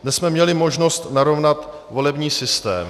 Dnes jsme měli možnost narovnat volební systém.